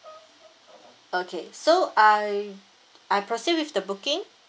okay so I I proceed with the booking